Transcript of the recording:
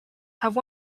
have